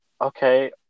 okay